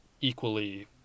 equally